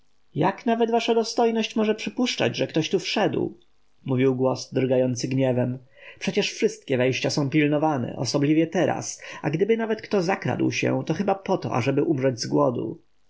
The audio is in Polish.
jak nawet wasza dostojność może przypuszczać że tu ktoś wszedł mówił głos drgający gniewem przecież wszystkie wejścia są pilnowane osobliwie teraz a gdyby nawet kto zakradł się to chyba poto ażeby umrzeć z głodu